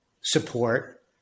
support